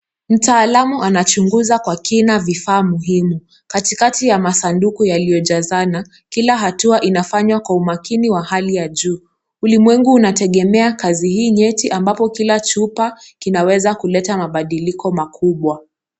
Mtaalamu anachunguza kwa kina vifaa muhimu katikati ya masanduku yaliyojazana kila hatua inafanywa kwa umakini wa hali ya juu. Ulimwengu unategemea kazi hii nyeti ambapo kila chupa kinaweza kuleta mabaliko makubwa.